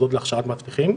מוסדות להכשרת מאבטחים,